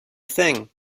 thing